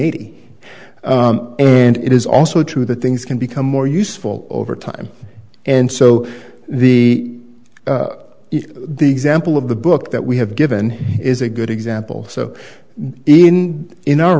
eighty and it is also true that things can become more useful over time and so the example of the book that we have given is a good example so even in our